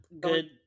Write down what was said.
Good